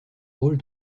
rôle